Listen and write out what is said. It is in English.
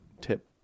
tip